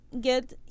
get